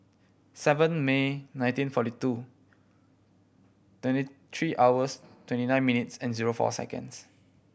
seven May nineteen forty two twenty three hours twenty nine minutes and zero four seconds